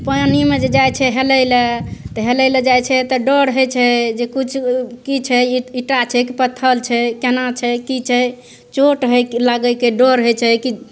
पानिमे जे जाइ छै हेलैलए तऽ हेलैलए जाइ छै तऽ डर होइ छै जे किछु कि छै ईंटा छै कि पत्थर छै कोना छै कि छै चोट हइ लागैके डर होइ छै कि